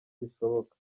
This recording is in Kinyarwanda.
bishoboka